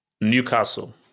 Newcastle